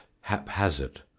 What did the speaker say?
haphazard